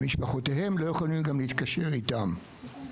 ומשפחותיהם גם לא יכולות להתקשר איתם.